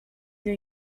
new